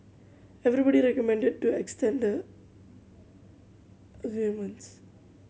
everybody recommended to extend the agreement